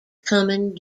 coming